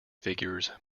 figures